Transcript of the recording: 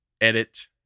edit